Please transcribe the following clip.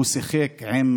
הוא שיחק עם